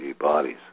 bodies